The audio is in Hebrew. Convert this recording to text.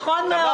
כן, בדיוק.